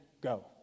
go